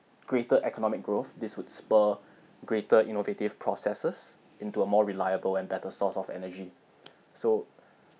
greater economic growth this would spur greater innovative processes into a more reliable and better source of energy so